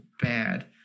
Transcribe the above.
bad